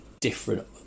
different